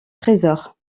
trésor